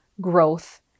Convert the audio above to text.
growth